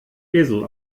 esel